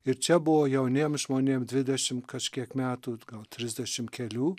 ir čia buvo jauniem žmonėm dvidešimt kažkiek metų atgal trisdešimt kelių